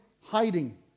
hiding